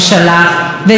תודה רבה.